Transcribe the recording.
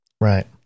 Right